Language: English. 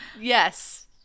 yes